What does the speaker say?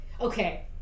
okay